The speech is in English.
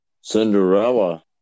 Cinderella